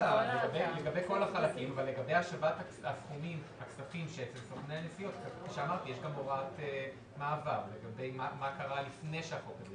לגבי טיסה שמועד ההמראה הנקוב בכרטיס הטיסה הוא מיום 15 בדצמבר ואילך.